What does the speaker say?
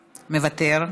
מדבר,